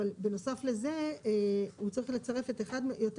אבל בנוסף לזה הוא צריך לצרף אחד או יותר